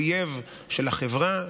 אויב של החברה,